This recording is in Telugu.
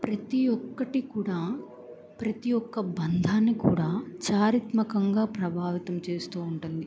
ప్రతి ఒక్కటి కూడా ప్రతి ఒక్క బంధాన్ని కూడా చారిత్మకంగా ప్రభావితం చేస్తూ ఉంటుంది